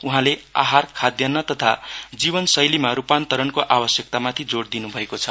उहाँले आहारखाद्यान्न तथा जिवनशैलीमा रुपान्तरणको आवश्यकता माथि जोड़ दिनुभएको छ